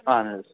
اَہَن حظ